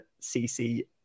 cc